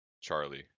Charlie